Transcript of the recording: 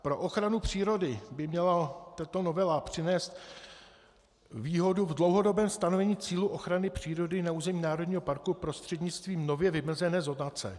Pro ochranu přírody by měla tato novela přinést výhodu v dlouhodobém stanovení cílů ochrany přírody na území národního parku prostřednictvím nově vymezené zonace.